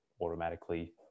automatically